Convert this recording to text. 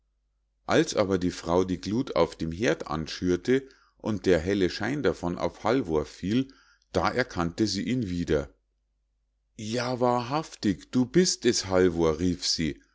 als aber die frau die gluth auf dem herd anschürte und der helle schein davon auf halvor fiel da erkannte sie ihn wieder ja wahrhaftig bist du es halvor rief sie